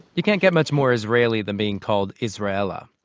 you can't get much more israeli than being called israela.